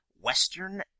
Western